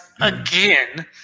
again